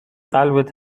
قلبت